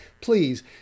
Please